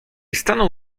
stanął